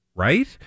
Right